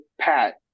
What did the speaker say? pat